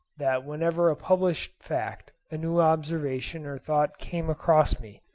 that whenever a published fact, a new observation or thought came across me,